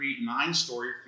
nine-story